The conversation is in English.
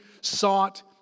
sought